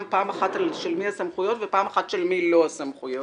פעם אחת של מי הסמכויות ופעם אחת של מי לא הסמכויות.